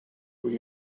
will